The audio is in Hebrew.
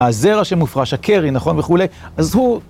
הזרע שמופרש, הקרי, נכון, וכולי, אז הוא...